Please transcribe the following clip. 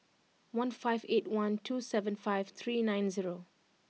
one five eight one two seven five three nine zero